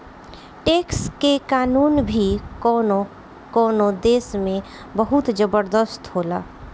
tax के कानून भी कवनो कवनो देश में बहुत जबरदस्त होला